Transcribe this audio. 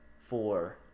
four